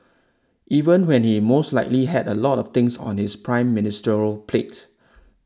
even when he most likely had a lot of things on his Prime Ministerial plate